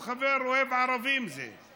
הוא חבר אוהב ערבים, זה.